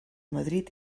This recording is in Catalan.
madrid